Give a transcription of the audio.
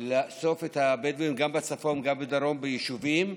לאסוף את הבדואים גם בצפון וגם בדרום ביישובים,